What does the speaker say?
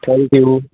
thank you